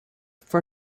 for